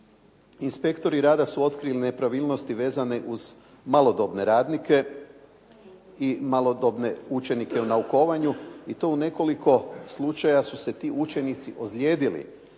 inspektori rada su otkrili nepravilnosti vezane uz malodobne radnike i malodobne učenike u naukovanju i to u nekoliko slučaja su se ti učenici ozlijedili,